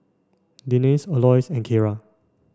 Denice Aloys and Keira